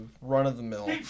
run-of-the-mill